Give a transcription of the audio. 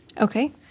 Okay